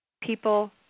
People